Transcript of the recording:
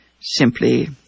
simply